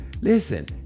Listen